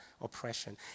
oppression